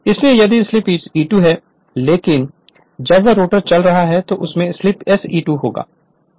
इसलिए यदि slip E2 है लेकिन जब वह रोटर चल रहा है तो उसमें स्लीप SE2 होगा